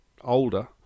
older